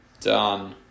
Done